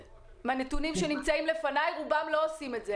מהנתונים שנמצאים לפניי רובם לא עושים את זה,